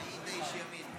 הודעה למזכירת הכנסת.